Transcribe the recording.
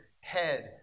head